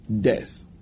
Death